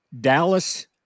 Dallas